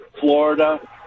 Florida